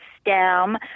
stem